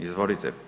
Izvolite.